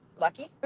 lucky